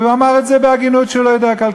הוא אמר את זה בהגינות, שהוא לא יודע כלכלה.